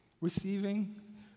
receiving